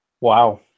Wow